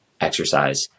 exercise